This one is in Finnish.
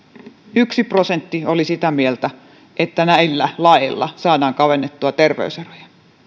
yksi prosentti oli sitä mieltä että näillä laeilla saadaan kavennettua terveys eroja